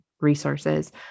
resources